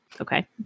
Okay